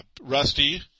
Rusty